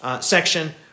section